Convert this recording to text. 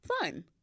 fine